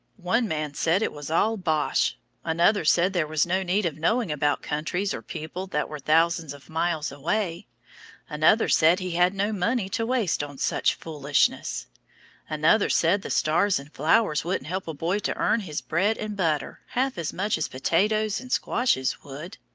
one man said it was all bosh another said there was no need of knowing about countries or people that were thousands of miles away another said he had no money to waste on such foolishness another said the stars and flowers wouldn't help a boy to earn his bread and butter half as much as potatoes and squashes would.